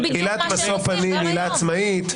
עילת משוא פנים היא עילה עצמאית.